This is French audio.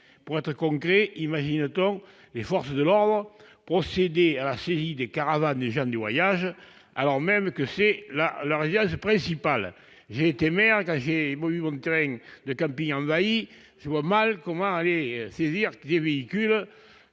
Pour être concret, imagine-t-on les forces de l'ordre procéder à la saisie des caravanes des gens du voyage, alors même que ces dernières sont leur résidence principale ? J'ai été maire et j'ai vu mon terrain de camping envahi ... Je vois mal comment on pourrait saisir des caravanes